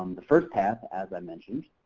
um the first path, as i mentioned